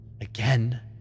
Again